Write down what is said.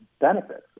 benefits